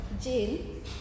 Jane